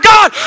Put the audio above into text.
God